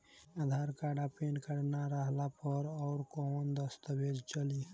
आधार card आ PAN card ना रहला पर अउरकवन दस्तावेज चली?